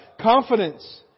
confidence